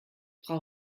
frau